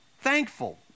thankful